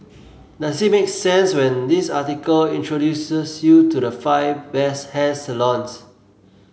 does it make sense when this article introduces you to the five best hair salons